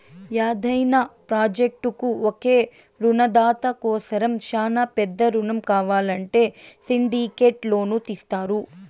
యాదైన ప్రాజెక్టుకు ఒకే రునదాత కోసరం శానా పెద్ద రునం కావాలంటే సిండికేట్ లోను తీస్తారు